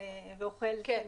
ואוכל סנדביץ'.